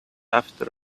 after